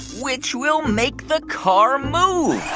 which will make the car move